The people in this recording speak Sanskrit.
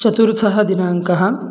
चतुर्थः दिनाङ्कः